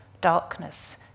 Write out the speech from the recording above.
Darkness